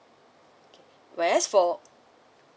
okay whereas for